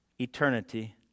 eternity